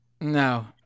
No